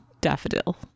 daffodil